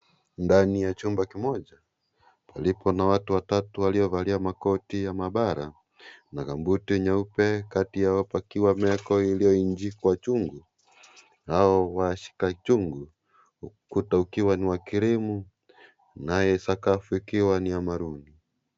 Ndani ya chumba kimoja, palipo na watu watatu waliovalia makoti ya maabara, magambuti nyeupekati yao pakiwa na meko iliyoinjikwa chungu, nao washika chungu, ukuta ukiwa ni wa krimu, nayo sakafu ikiwa ni ya maruni.